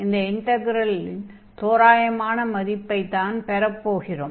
இந்த இன்டக்ரெலின் தோராயமான மதிப்பைத்தான் பெறப்போகிறோம்